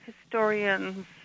historians